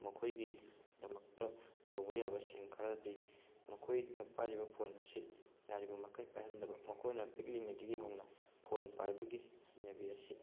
ꯃꯈꯣꯏꯒꯤꯗꯃꯛꯇ ꯇꯧꯕ ꯌꯥꯕꯁꯤꯡ ꯈꯔꯗꯤ ꯃꯈꯣꯏꯅ ꯄꯥꯏꯔꯤꯕ ꯐꯣꯟ ꯑꯁꯤ ꯌꯥꯔꯤꯕ ꯃꯈꯩ ꯄꯥꯏꯍꯟꯗꯕ ꯃꯈꯣꯏꯅ ꯄꯤꯛꯂꯤꯉꯩꯗꯒꯤ ꯍꯧꯅ ꯐꯣꯟ ꯄꯥꯏꯕꯒꯤ ꯍꯩꯅꯕꯤ ꯑꯁꯤ